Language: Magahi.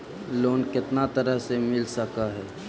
लोन कितना तरह से मिल सक है?